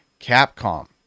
Capcom